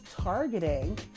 targeting